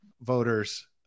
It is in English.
voters